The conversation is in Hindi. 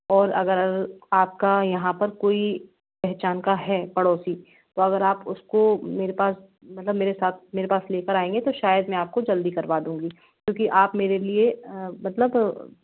और अगर आपका यहाँ पर कोई पहचान का है पड़ोसी तो अगर आप उसको मेरे पास मतलब मेरे साथ मेरे पास लेकर आएँगे तो शायद मैं आपको जल्दी करवा दूँगी क्योंकि आप मेरे लिए मतलब